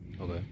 Okay